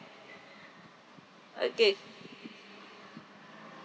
okay